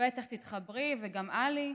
ובטח תתחברי, וגם עלי,